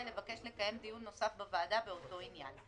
לבקש לקיים דיון נוסף בוועדה באותו עניין.